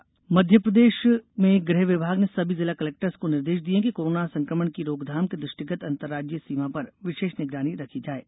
सीमा निगरानी निर्देश मध्य प्रदेश मेंगृह विभाग ने सभी जिला कलेक्टर्स को निर्देश दिये हैं कि कोरोना संक्रमण की रोकथाम के दृष्टिगत अंतर्राज्यीय सीमा पर विशेष निगरानी रखी जाये